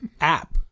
app